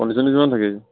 condition কিমান থাকে